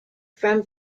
from